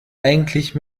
eigentlich